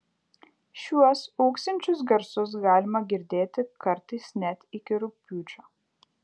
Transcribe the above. šiuos ūksinčius garsus galima girdėti kartais net iki rugpjūčio